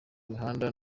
mihanda